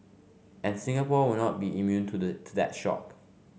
and Singapore will not be immune to the to that shock